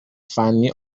فنی